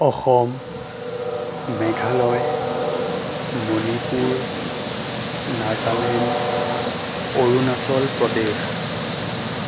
Assam Meghalaya Manipur Nagaland Arunachal Pradesh